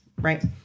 right